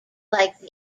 like